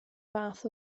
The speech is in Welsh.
fath